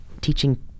teaching